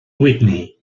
whitney